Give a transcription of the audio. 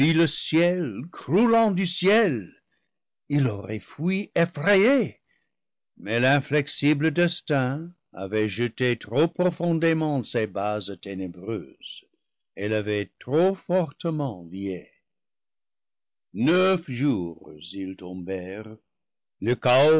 le ciel croulant du ciel il aurait fui effrayé mais l'inflexible destin avait jeté trop profondément ses bases ténébreuses et l'avait trop fortement lié neuf jours ils tombèrent le chaos